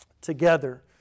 together